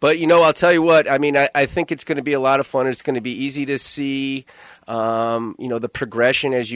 but you know i'll tell you what i mean i think it's going to be a lot of fun it's going to be easy to see you know the progression as you